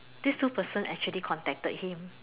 these two person actually contacted him